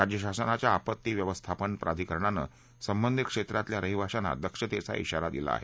राज्यशासनाच्या आपत्ती व्यवस्थापन प्राधिकरणान संबंधीत क्षेत्रातल्या रहिवाशांना दक्षतेचा श्राारा दिला आहे